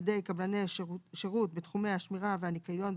התשנ"ה-1995,